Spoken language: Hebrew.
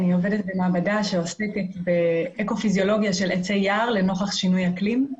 אני עובדת במעבדה שעוסקת באקו-פיזיולוגיה של עצי יער לנוכח שינוי אקלים.